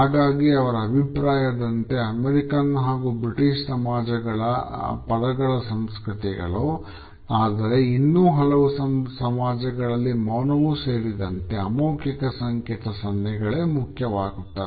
ಹಾಗಾಗಿ ಅವರ ಅಭಿಪ್ರಾಯದಂತೆ ಅಮೇರಿಕನ್ ಹಾಗೂ ಬ್ರಿಟಿಷ್ ಸಮಾಜಗಳು ಪದಗಳ ಸಂಸ್ಕೃತಿಗಳು ಆದರೆ ಇನ್ನೂ ಹಲವು ಸಮಾಜಗಳಲ್ಲಿ ಮೌನವು ಸೇರಿದಂತೆ ಅಮೌಖಿಕ ಸಂಕೇತ ಸನ್ನೆಗಳೇ ಮುಖ್ಯವಾಗುತ್ತವೆ